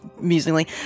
amusingly